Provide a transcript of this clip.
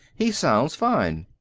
he sounds fine.